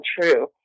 true